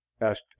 asked